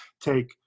take